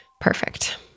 perfect